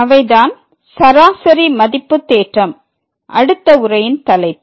அவைதான் 'சராசரி மதிப்பு தேற்றம்' அடுத்த உரையின் தலைப்பு